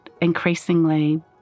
Increasingly